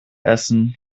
essen